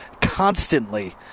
constantly